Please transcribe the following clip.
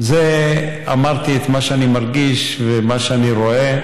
אמרתי את מה שאני מרגיש ומה שאני רואה,